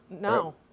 No